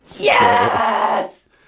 Yes